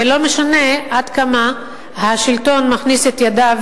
ולא משנה עד כמה השלטון מכניס את ידיו